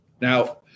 Now